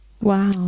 Wow